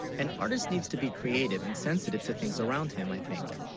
an artist needs to be creative and sensitive to things around him i think